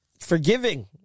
forgiving